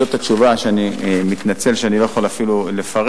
זאת התשובה, ואני מתנצל שאני לא יכול אפילו לפרט.